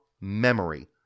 memory